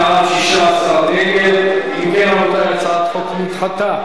להסיר מסדר-היום את הצעת חוק איסור כריתת הסכם